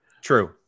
True